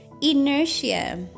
Inertia